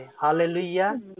hallelujah